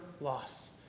loss